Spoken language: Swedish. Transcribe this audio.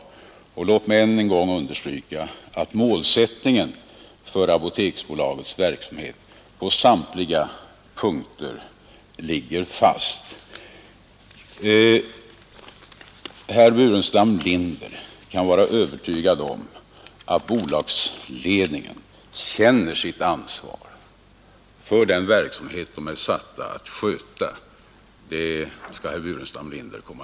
Låt mig än en gång understryka att målsättningen för Apoteksbolagets verksamhet på samtliga punkter ligger fast. Herr Burenstam Linder kan vara övertygad om att bolagsledningen känner sitt ansvar för den verksamhet den är satt att sköta.